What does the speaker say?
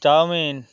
chowmein